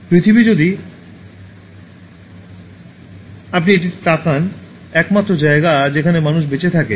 পৃথিবী যদি আপনি এটি তাকান একমাত্র জায়গা যেখানে মানুষ বেঁচে থাকতে পারে